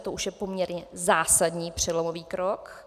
To už je poměrně zásadní přelomový krok.